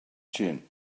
chin